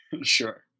Sure